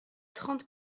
trente